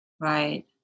Right